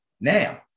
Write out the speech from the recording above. Now